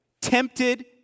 tempted